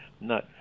no